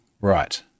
right